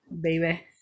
baby